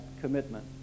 commitment